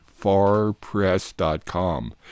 farpress.com